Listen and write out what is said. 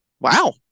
wow